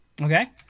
Okay